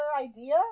idea